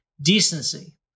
decency